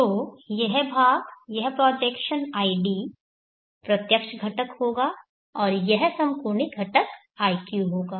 तो यह भाग यह प्रोजेक्शन id प्रत्यक्ष घटक होगा और यह समकोणिक घटक iq होगा